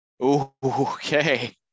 Okay